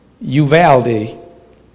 Uvalde